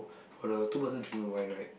for the two person drink wine right